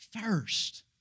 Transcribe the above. first